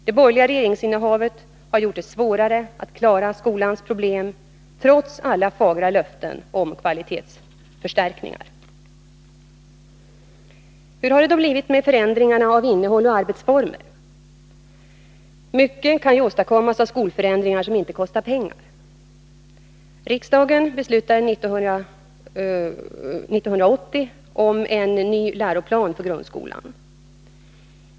Det borgerliga regeringsinnehavet har gjort det svårare att klara skolans problem trots alla fagra löften om kvalitetsförstärkningar. Hur har det då blivit med förändringarna av innehåll och arbetsformer? Mycket kan ju åstadkommas av skolförändringar som inte kostar pengar. Riksdagen beslutade 1980 om en ny läroplan för grundskolan.